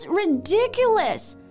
ridiculous